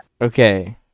Okay